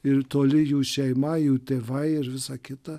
ir toli jų šeima jų tėvai ir visa kita